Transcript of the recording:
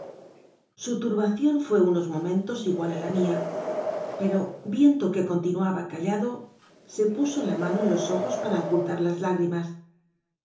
su turbación fué unos momentos igual a la mía pero viendo que continuaba callado se pusola mano en los ojos para ocultar las lágrimas